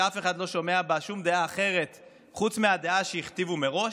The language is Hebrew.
שאף אחד לא שומע בה שום דעה אחרת חוץ מהדעה שהכתיבו מראש.